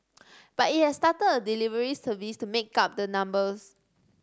but it has started a delivery service to make up the numbers